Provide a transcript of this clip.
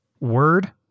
Word